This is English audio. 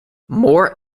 moore